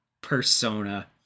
persona